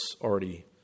already